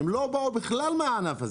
הם לא באו בכלל מהענף הזה,